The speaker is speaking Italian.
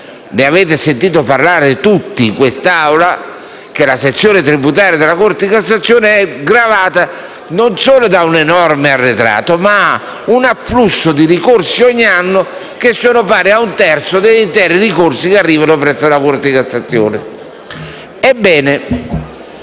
Avete sentito dire tutti in quest'Aula che la sezione tributaria della Corte di cassazione è gravata non solo da un enorme arretrato, ma anche da un afflusso di ricorsi ogni anno che sono pari a un terzo dell'intero ammontare dei ricorsi che arrivano presso la Corte di cassazione. Ebbene,